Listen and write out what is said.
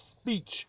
speech